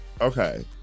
Okay